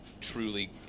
truly